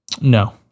No